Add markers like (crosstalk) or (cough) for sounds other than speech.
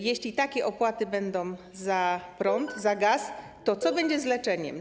Jeśli takie opłaty będą za prąd, (noise) za gaz, to co będzie z leczeniem?